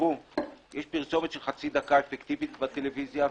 יש פרסומת של חצי דקה אפקטיבית בטלוויזיה,